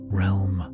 realm